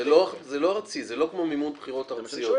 זה לא ארצי, זה לא כמו מימון בחירות ארציות.